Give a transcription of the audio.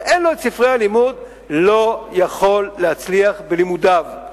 לא יכול להצליח בלימודיו.